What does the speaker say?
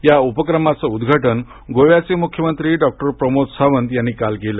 या उपक्रमाचं उद्घाटन गोव्याचे मुख्यमंत्री डॉ प्रमोद सावंत यांनी काल केलं